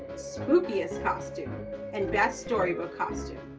spookiest costume and best storybook costume.